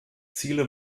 ziele